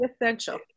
essential